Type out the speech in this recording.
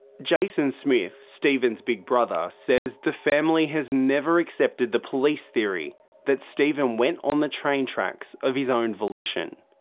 jason smith, stephen's big brother, says the family has never accepted the police theory that stephen went on the train tracks of his own volition.